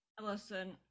listen